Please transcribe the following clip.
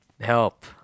help